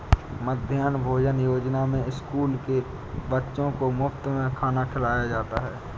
मध्याह्न भोजन योजना में स्कूल के बच्चों को मुफत में खाना खिलाया जाता है